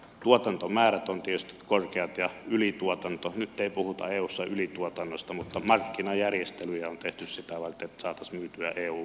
tuotantomäärät ovat tietysti korkeat ja nyt ei puhuta eussa ylituotannosta mutta markkinajärjestelyjä on tehty sitä varten että saataisiin myytyä eun ulkopuolelle tavaraa